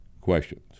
questions